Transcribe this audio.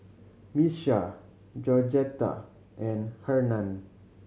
Miesha Georgetta and Hernan